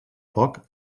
poc